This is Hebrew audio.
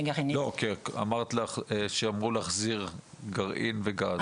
לא, כי אמרת שהם אמרו להחזיר גרעין בגז.